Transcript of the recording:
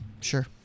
Sure